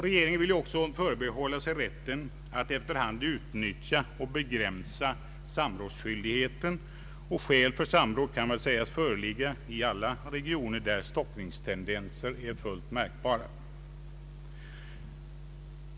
Regeringen vill också förbehålla sig rätten att efter hand begränsa samrådsskyldigheten, och skäl för samråd kan väl sägas föreligga i alla regioner där stockningstendenser är fullt märkbara.